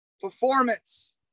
Performance